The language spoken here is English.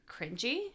cringy